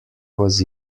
was